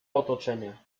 otoczenia